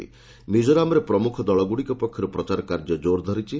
ମିକ୍ଜୋରାମରେ ପ୍ରମୁଖ ଦଳଗୁଡିକୁ ପକ୍ଷରୁ ପ୍ରଚାର କାର୍ଯ୍ୟ ଜୋରଧରିଛି